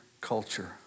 culture